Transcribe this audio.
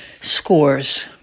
scores